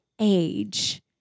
age